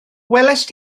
welaist